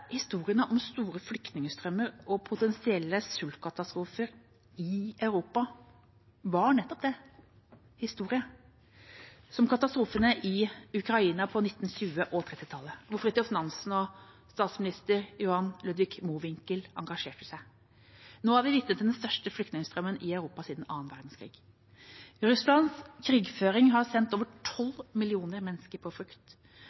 om store flyktningstrømmer og potensielle sultkatastrofer i Europa var nettopp det: historie, som katastrofene i Ukraina på 1920- og 1930-tallet, hvor Fridtjof Nansen og statsminister Johan Ludwig Mowinckel engasjerte seg. Nå er vi vitne til den største flyktningstrømmen i Europa siden annen verdenskrig. Russlands krigføring har sendt over 12 millioner mennesker på